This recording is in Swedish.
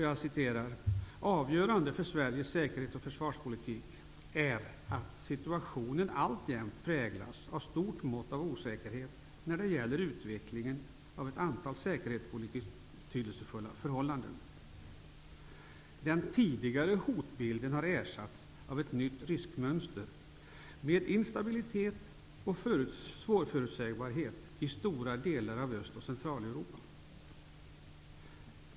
Jag citerar: ''Avgörande för Sveriges säkerhets och försvarspolitik är dock att situationen alltjämt präglas av ett stort mått av osäkerhet när det gäller utvecklingen av ett antal säkerhetspolitiskt betydelsefulla förhållanden. Den tidigare hotbilden har ersatts av ett nytt riskmönster med instabilitet och svårförutsägbarhet i stora delar av Öst och Centraleuropa.